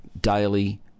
daily